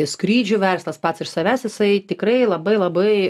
skrydžių verslas pats iš savęs jisai tikrai labai labai